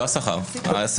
בבקשה.